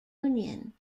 union